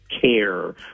Care